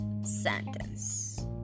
sentence